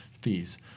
fees